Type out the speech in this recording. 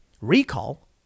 recall